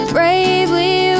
Bravely